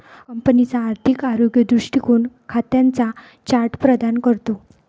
कंपनीचा आर्थिक आरोग्य दृष्टीकोन खात्यांचा चार्ट प्रदान करतो